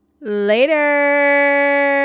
Later